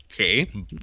Okay